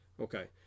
Okay